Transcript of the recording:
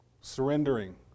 Surrendering